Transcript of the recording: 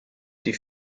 die